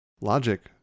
Logic